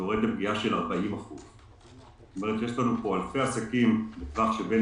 יורד לפגיעה של 40%. כלומר יש לנו פה אלפי עסקים בטווח של בין